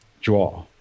draw